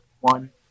one